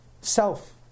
self